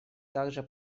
также